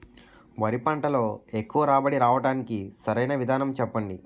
వరి పంటలో ఎక్కువ రాబడి రావటానికి సరైన విధానం చెప్పండి?